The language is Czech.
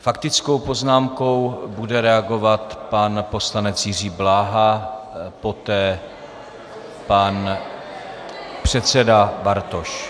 Faktickou poznámkou bude reagovat pan poslanec Jiří Bláha, poté pan předseda Bartoš.